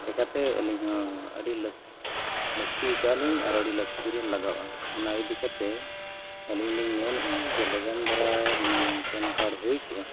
ᱪᱤᱠᱟᱹᱛᱮ ᱟᱹᱞᱤᱧ ᱦᱚᱸ ᱟᱹᱰᱤ ᱞᱟᱹᱠᱛᱤ ᱠᱟᱜ ᱞᱤᱧ ᱟᱨ ᱟᱹᱰᱤ ᱞᱟᱹᱠᱛᱤ ᱨᱮ ᱞᱟᱜᱟᱜᱼᱟ ᱚᱱᱟ ᱤᱫᱤ ᱠᱟᱛᱮᱫ ᱟᱹᱞᱤᱧ ᱞᱤᱧ ᱢᱮᱱᱮᱫᱼᱟ ᱡᱮ ᱞᱚᱜᱚᱱ ᱫᱷᱟᱨᱟ ᱦᱩᱱᱟᱹᱝ ᱯᱮᱱ ᱠᱟᱨᱰ ᱦᱩᱭ ᱠᱚᱜᱼᱟ